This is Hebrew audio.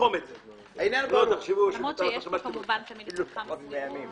למרות שיש פה כמובן מתחם הסבירות.